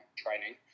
training